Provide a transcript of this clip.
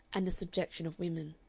and the subjection of women.